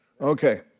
Okay